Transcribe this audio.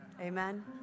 Amen